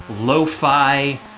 lo-fi